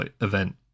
event